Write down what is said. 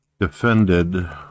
defended